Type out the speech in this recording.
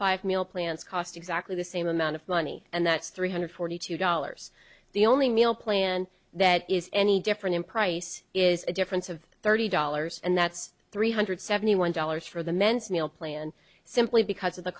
five meal plans cost exactly the same amount of money and that's three hundred forty two dollars the only meal plan that is any different in price is a difference of thirty dollars and that's three hundred seventy one dollars for the men's meal plan simply because of the